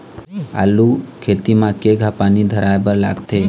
आलू खेती म केघा पानी धराए बर लागथे?